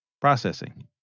processing